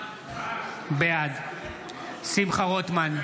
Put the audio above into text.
בעד שמחה רוטמן,